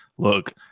Look